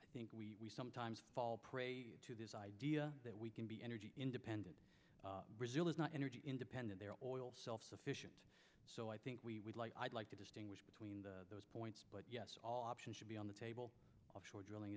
i think we sometimes fall prey to this idea that we can be energy independent brazil is not energy independent their oil self sufficient so i think we would like i'd like to distinguish between those points but yes all options should be on the table offshore drilling